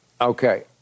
Okay